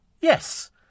yes